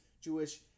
Jewish